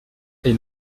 est